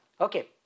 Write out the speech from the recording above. okay